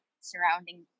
surrounding